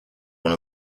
one